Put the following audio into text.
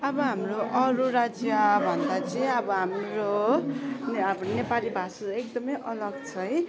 अब हाम्रो अरू राज्यभन्दा चाहिँ अब हाम्रो नेपाली भाषा एकदमै अलग छ है